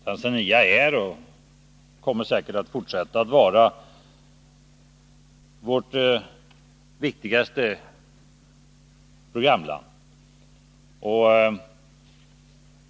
Tanzania är och kommer säkert att fortsätta att vara ett av våra viktigaste programländer.